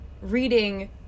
reading